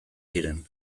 ziren